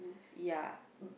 ya